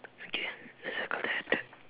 okay let's circle that